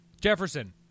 Jefferson